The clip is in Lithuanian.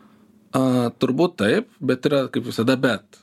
a turbūt taip bet yra kaip visada bet